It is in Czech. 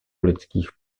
lidských